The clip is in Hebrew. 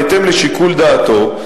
בהתאם לשיקול דעתו,